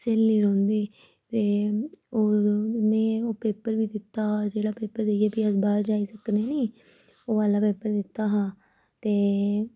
स्हेली रौंह्दी ते ओह् मै ओह् पेपर बी दित्ता हा जेह्ड़ा पेपर देइयै फ्ही अस बाह्र जाई सकने नी ओह् आह्ला पेपर दित्ता हा ते